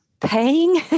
paying